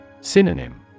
Synonym